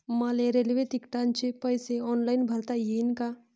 मले रेल्वे तिकिटाचे पैसे ऑनलाईन भरता येईन का?